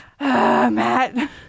Matt